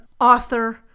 author